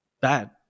bad